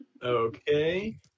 Okay